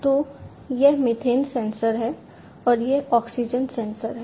तो यह methane sensor है और यह ऑक्सीजन सेंसर है